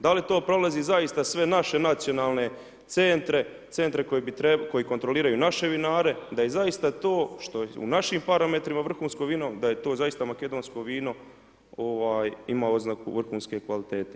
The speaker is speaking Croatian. Da li to prolazi zaista sve naše nacionalne centre, centre koji kontroliraju naše vinare da i zaista to što u našim parametrima vrhunsko vino, da je to zaista makedonsko vino ima oznaku vrhunske kvalitete?